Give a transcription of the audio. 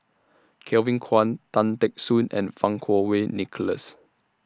Kevin Kwan Tan Teck Soon and Fang Kuo Wei Nicholas